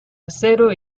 acero